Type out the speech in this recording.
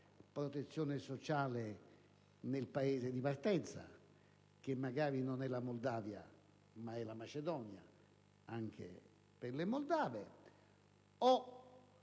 protezione sociale nel Paese di partenza, che magari non è la Moldova, ma è la Macedonia, anche per le moldave,